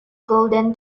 golden